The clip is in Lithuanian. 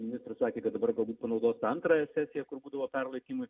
ministras sakė kad dabar galbūt panaudos antrąją sesiją kur būdavo perlaikymui